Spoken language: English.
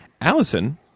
allison